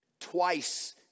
Twice